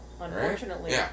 unfortunately